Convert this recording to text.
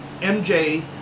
MJ